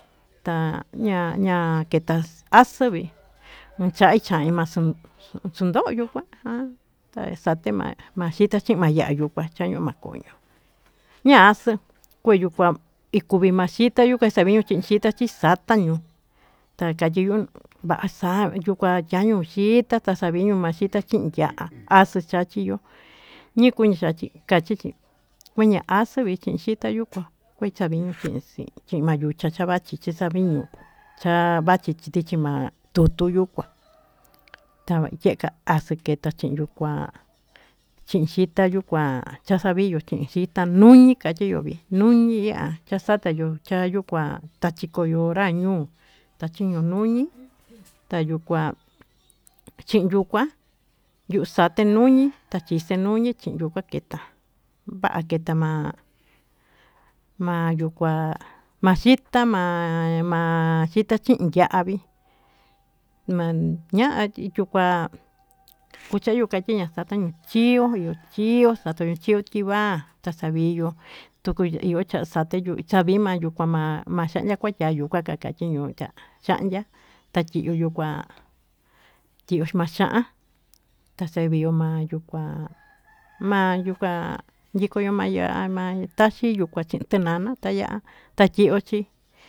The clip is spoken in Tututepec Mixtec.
Taña ña keta ax+ +n cha'an icha'i ma sundo'o yukua ta isate ma xita chi'i ma ya'a yukua chaño'o ma koño ña'a as+ kue yukua ikuvi ma xita chi satañu ta katyi yu'u va'a sañu yukua tyañu xita ta saviñu ma xita chi'i ya'a as+ chachiyo ñi kuñi chachi kachichi kueña as+ vi chi'i xita yukua kue isaviñu chi'i ma yucha cha vachi chi saviñu cha vachi tichi ma tutu yukua ta tye'ka as+ keta chi'i yukua chi'i xita yukua chi saviyo chi'i xita nuñi katyiyo nuñi i'a chasatayo cha yukua cha tachi kora ñuu tachiñu nuñi ta yukua chi'i yuku yu'u sate nuñi ta chise nuñi chii yukua keta va'a keta ma yukua ma xita ma ma xita chi'i ya'a vi ma ñaa tyukua kucha'a yu'u katyi ña satañu chio io satayo chio tyiva ta kakatyiñu xa'nya ta tyiyo yukua ma xa'a ta saviyo ma yukua ma yukua nyikoyo ma ya'a taxi yukua chi'i t+nana ta ya'a ta tyiyo chi.